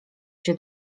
się